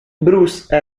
bruce